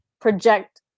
project